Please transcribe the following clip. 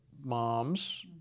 moms